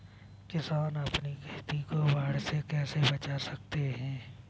किसान अपनी खेती को बाढ़ से कैसे बचा सकते हैं?